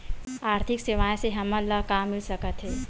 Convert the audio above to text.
आर्थिक सेवाएं से हमन ला का मिल सकत हे?